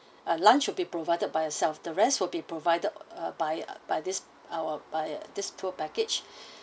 uh lunch will be provided by yourself the rest will be provided uh by by this our by this tour package